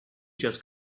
just